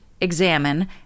examine